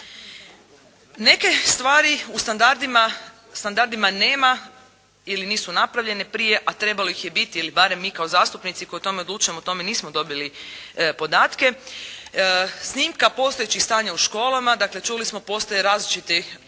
Neke stvari u standardima nema ili nisu napravljene prije, a trebalo ih je biti, ili barem mi kao zastupnici koji o tome odlučujemo, o tome nismo dobili podatke. Snimka postojećih stanja u školama, dakle čuli smo, postoje različiti razine